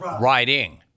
riding